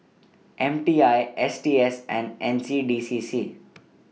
M T I S T S and N C D C C